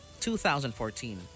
2014